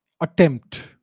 attempt